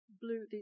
blue